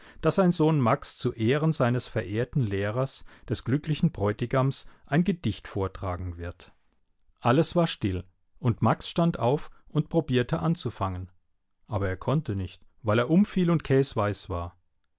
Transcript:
daß sein sohn max zu ehren seines verehrten lehrers des glücklichen bräutigams ein gedicht vortragen wird alles war still und max stand auf und probierte anzufangen aber er konnte nicht weil er umfiel und käsweiß war